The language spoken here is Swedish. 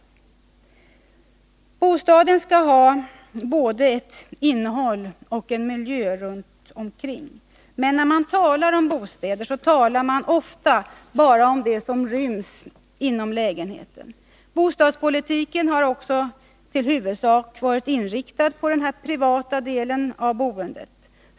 Bostaden skall ha både ett innehåll och en miljö runt omkring. Men när man talar om bostäder talar man ofta bara om det som ryms inom lägenheten. Bostadspolitiken har också till huvudsak varit inställd på denna privata del av boendet.